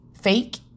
fake